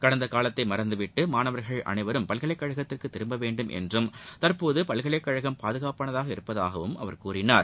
கடந்த காலத்தை மறந்துவிட்டு மாணவர்கள் அனைவரும் பல்கலைக் கழகத்திற்கு திரும்ப வேண்டும் என்றும் தற்போது பல்கலைக் கழகம் பாதுகாப்பானதாக இருப்பதாகவும் அவர் கூறினார்